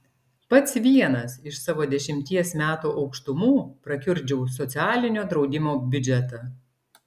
pats vienas iš savo dešimties metų aukštumų prakiurdžiau socialinio draudimo biudžetą